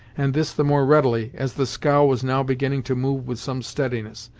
and this the more readily, as the scow was now beginning to move with some steadiness,